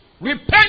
Repent